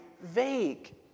vague